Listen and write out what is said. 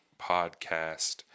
Podcast